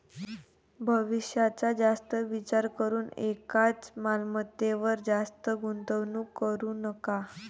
भविष्याचा जास्त विचार करून एकाच मालमत्तेवर जास्त गुंतवणूक करू नका